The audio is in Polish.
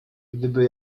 gdyby